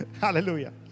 Hallelujah